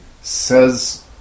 says